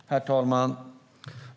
Herr talman!